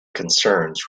concerns